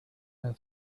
her